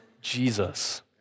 Jesus